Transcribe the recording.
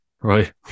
Right